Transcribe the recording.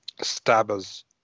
stabbers